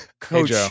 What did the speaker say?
coach